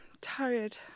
tired